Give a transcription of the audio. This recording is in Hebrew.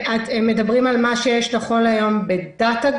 מדברים על מה שיש נכון להיום ב-דאטה.גוב